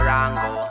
Rango